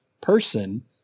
person